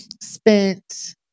spent